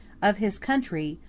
of his country,